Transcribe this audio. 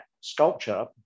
sculpture